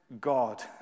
God